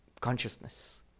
consciousness